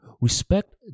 Respect